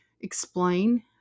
explain